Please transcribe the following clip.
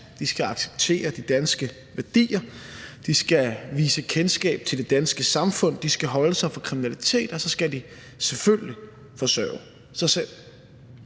de skal acceptere de danske værdier, de skal vise kendskab til det danske samfund, de skal holde sig fra kriminalitet, og så skal de selvfølgelig forsørge sig selv.